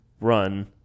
run